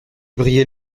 brillait